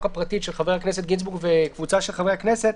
הפרטית של חבר הכנסת גינזבורג וקבוצה של חברי הכנסת,